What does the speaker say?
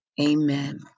Amen